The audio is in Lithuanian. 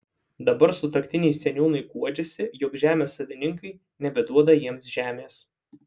dabar sutuoktiniai seniūnui guodžiasi jog žemės savininkai nebeduoda jiems žemės